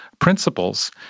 principles